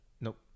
Nope